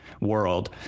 world